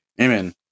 Amen